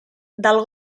del